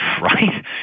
right